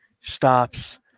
stops